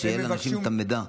כדי שיהיה לאנשים המידע.